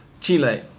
Chile